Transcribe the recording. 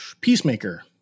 peacemaker